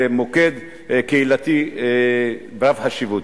למוקד קהילתי רב-חשיבות.